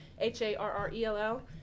H-A-R-R-E-L-L